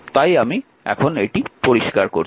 তাই এখন আমি এটি পরিষ্কার করছি